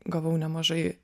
gavau nemažai